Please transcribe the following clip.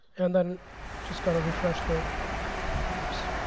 and then just got to refresh the oops.